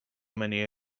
many